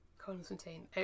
Constantine